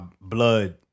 blood